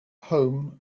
home